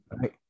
right